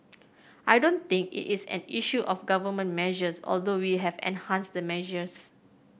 I don't think it is an issue of Government measures although we have enhanced the measures